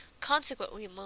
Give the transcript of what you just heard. consequently